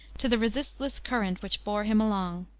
to the resistless current which bore him along.